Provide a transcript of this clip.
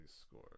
score